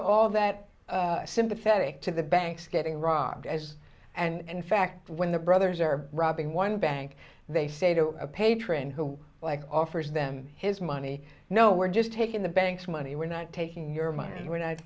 all that sympathetic to the banks getting rock as and in fact when the brothers are robbing one bank they say to a patron who like offers them his money no we're just taking the bank's money we're not taking your money when i we're not